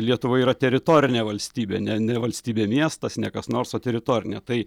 lietuva yra teritorinė valstybė ne ne valstybė miestas ne kas nors o teritorinė tai